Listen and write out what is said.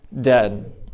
dead